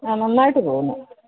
ആ നന്നായിട്ട് തോന്നും